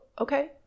okay